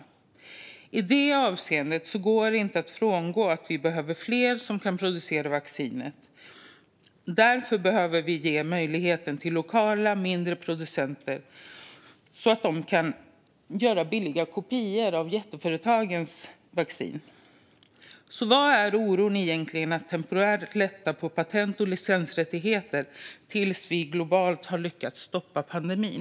I det avseendet går det inte att komma ifrån att vi behöver fler som kan producera vaccinet. Därför behöver vi ge möjligheten till lokala mindre producenter så att de kan göra billiga kopior av jätteföretagens vacciner. Vad är oron egentligen när det gäller att temporärt lätta på patent och licensrättigheter tills vi globalt har lyckats stoppa pandemin?